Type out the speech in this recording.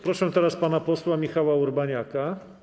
Proszę teraz pana posła Michała Urbaniaka.